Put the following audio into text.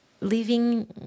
living